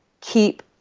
keep